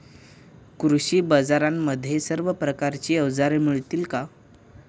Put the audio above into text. कृषी बाजारांमध्ये सर्व प्रकारची अवजारे मिळतील का?